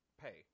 pay